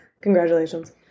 Congratulations